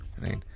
right